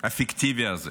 הפיקטיבי הזה.